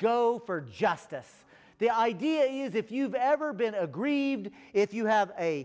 go for justice the idea is if you've ever been aggrieved if you have a